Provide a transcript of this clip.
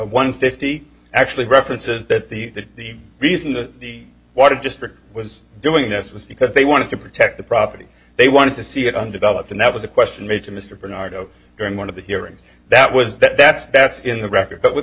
one fifty actually references that the reason the water district was doing this was because they wanted to protect the property they wanted to see it undeveloped and that was a question made to mr bernard oh during one of the hearings that was that that's that's in the record but with